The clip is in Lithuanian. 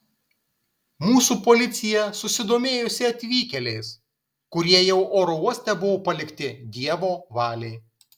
mūsų policija susidomėjusi atvykėliais kurie jau oro uoste buvo palikti dievo valiai